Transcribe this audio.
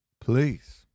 Please